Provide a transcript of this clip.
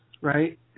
right